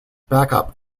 backup